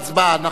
לכן,